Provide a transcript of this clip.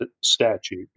statute